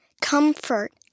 comfort